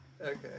Okay